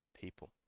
people